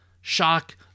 shock